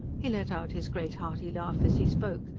he let out his great hearty laugh as he spoke,